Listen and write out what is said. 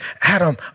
Adam